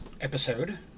episode